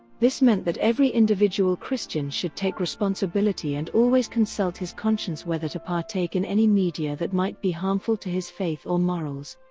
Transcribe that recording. this meant that every individual christian should take responsibility and always consult his conscience whether to partake in any media that might be harmful to his faith or morals.